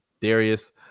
Darius